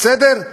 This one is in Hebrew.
בסדר?